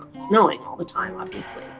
snowing all the time obviously.